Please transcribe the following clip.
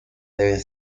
deben